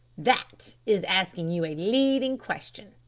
that is asking you a leading question,